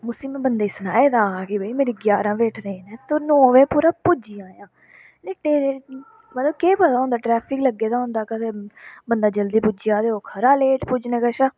उसी में बंदे सनाए दा हा कि भई मेरी ग्यारह बजे ट्रेन ऐ ते नौ बजे पूरे पुज्जी जायां केईं बारी मतलब केह् पता होंदा ट्रैफिक लग्गे दा होंदा कदें बंदा जल्दी पुज्जी जा ते ओह् खरा लेट पुज्जने कशा